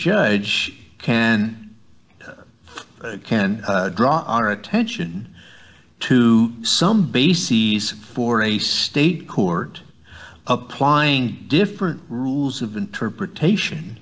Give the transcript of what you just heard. judge can and can draw our attention to some bases for a state court applying different rules of interpretation